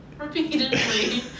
Repeatedly